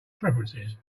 preferences